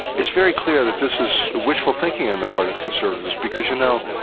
it's very clear that this is wishful thinking on the part of conservatives because, you know,